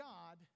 God